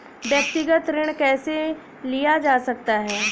व्यक्तिगत ऋण कैसे लिया जा सकता है?